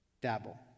Dabble